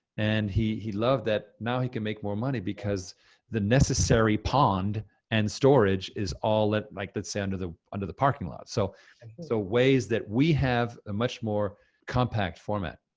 and he he loved that now he can make more money because the necessary pond and storage is all that, like let's say under the under the parking lot. so and so ways that we have a much more compact format.